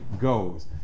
goes